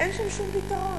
אין שם שום פתרון.